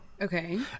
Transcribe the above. Okay